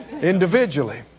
individually